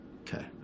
Okay